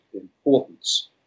importance